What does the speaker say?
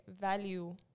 value